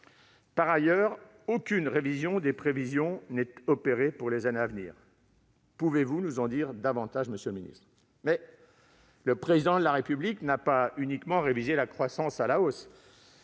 Par ailleurs, aucune révision des prévisions de croissance n'est opérée pour les années à venir. Pouvez-vous nous en dire davantage, monsieur le ministre ? Le Président de la République n'a pas uniquement révisé la croissance à la hausse